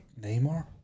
Neymar